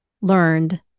learned